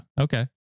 Okay